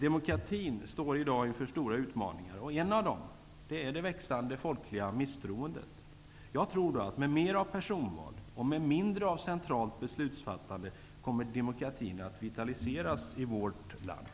Demokratin står i dag inför stora utmaningar. En av dem är det växande folkliga misstroendet. Med mer av personval och med mindre av centralt beslutsfattande, tror jag att demokratin kommer att vitaliseras i vårt land.